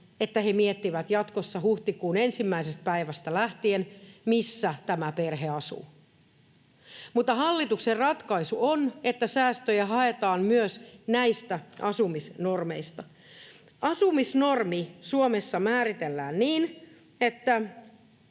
että he miettivät jatkossa, huhtikuun 1. päivästä lähtien, missä tämä perhe asuu. Mutta hallituksen ratkaisu on, että säästöjä haetaan myös näistä asumisnormeista. Asumisnormi Suomessa määritellään niin, että